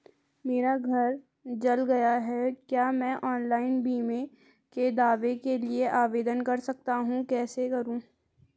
मेरा घर जल गया है क्या मैं ऑनलाइन बीमे के दावे के लिए आवेदन कर सकता हूँ कैसे करूँ?